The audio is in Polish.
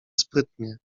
sprytnie